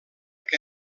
que